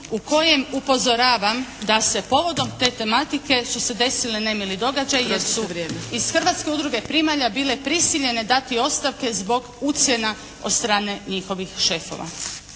u kojem upozoravam da se povodom te tematike su se desili nemili vrijeme, jer su iz Hrvatske udruge primalja bile prisiljene dati ostavke zbog ucjena od strane njihovih šefova.